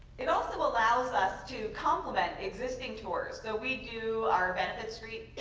it also allows us to complement existing tours. so we do our benefit street